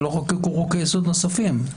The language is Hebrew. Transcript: שלא חוקקו חוקי יסוד נוספים.